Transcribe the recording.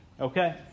okay